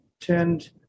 tend